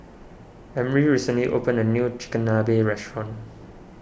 Emry recently opened a new Chigenabe restaurant